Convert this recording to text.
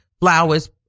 flowers